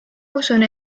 usun